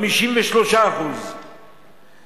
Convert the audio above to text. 53%;